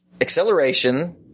acceleration